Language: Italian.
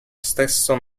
stesso